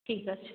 ঠিক আছে